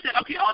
okay